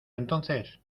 entonces